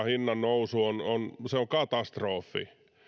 hinnannousu on katastrofi